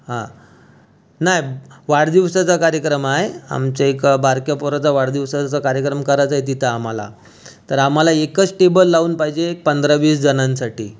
हा नाही वाढदिवसाचा कार्यक्रम आहे आमच्या एका बारक्या पोराचा वाढदिवसाचा कार्यक्रम करायचा आहे तिथं आम्हाला तर आम्हाला एकच टेबल लावून पाहिजे पंधरा वीसजणांसाठी